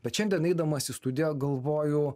bet šiandien eidamas į studiją galvoju